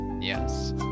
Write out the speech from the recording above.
Yes